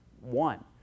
one